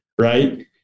right